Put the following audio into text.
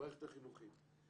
המערכת החינוכית.